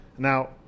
Now